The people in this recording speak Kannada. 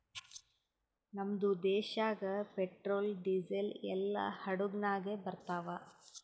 ನಮ್ದು ದೇಶಾಗ್ ಪೆಟ್ರೋಲ್, ಡೀಸೆಲ್ ಎಲ್ಲಾ ಹಡುಗ್ ನಾಗೆ ಬರ್ತಾವ್